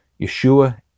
Yeshua